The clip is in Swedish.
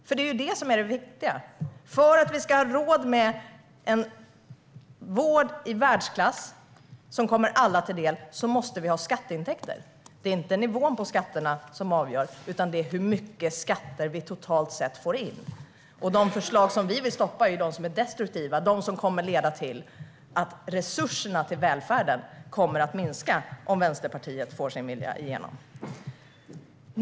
Det är nämligen det som är det viktiga: För att vi ska ha råd med en vård i världsklass som kommer alla till del måste vi ha skatteintäkter. Det är inte nivån på skatterna som avgör, utan det är hur mycket skatter vi totalt sett får in. De förslag som vi vill stoppa är de som är destruktiva och som kommer att leda till att resurserna till välfärden minskar, vilket är vad som kommer att ske om Vänsterpartiet får sin vilja igenom.